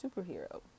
Superhero